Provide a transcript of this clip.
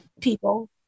people